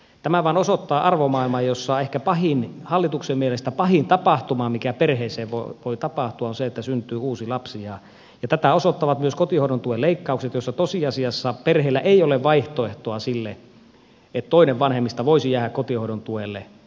tämä vaan osoittaa arvomaailman jossa hallituksen mielestä ehkä pahin tapahtuma mikä perheessä voi tapahtua on että syntyy uusi lapsi ja tätä osoittavat myös kotihoidon tuen leikkaukset jolloin tosiasiassa perheellä ei ole vaihtoehtoa että toinen vanhemmista voisi jäädä kotihoidon tuelle